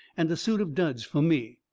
and a suit of duds for me.